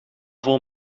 vol